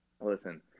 listen